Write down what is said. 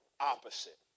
opposite